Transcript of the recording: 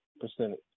Percentage